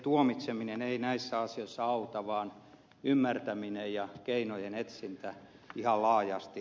tuomitseminen ei näissä asioissa auta vaan ymmärtäminen ja keinojen etsintä ihan laajasti